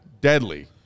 deadly